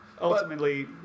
Ultimately